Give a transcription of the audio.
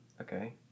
Okay